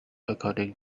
according